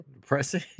depressing